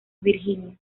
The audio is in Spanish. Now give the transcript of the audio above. virginia